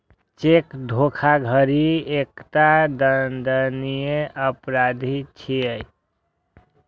cheque धोखाधड़ी एकटा दंडनीय अपराध छियै